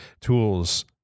tools